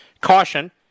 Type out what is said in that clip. Caution